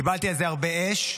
קיבלתי על זה הרבה אש,